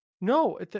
No